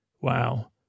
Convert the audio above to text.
Wow